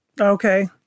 okay